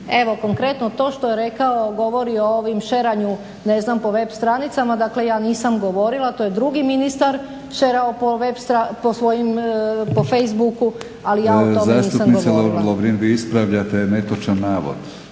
Evo konkretno to što je rekao, govori o ovom sheranju po web stranicama, dakle ja nisam govorila, to je drugi ministar sherao po Facebooku ali ja o tome nisam govorila. **Batinić, Milorad (HNS)** Zastupnice Lovrin vi ispravljate netočan navod.